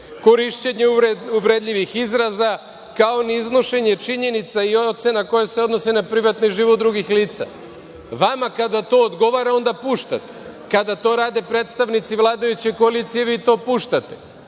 korišćenje uvredljivih izraza, kao i iznošenje činjenica i ocena koja se odnose na privatni život drugih lica. Vama kada to odgovara onda puštate, a kada to rade predstavnici vladajuće koalicije vi to puštate,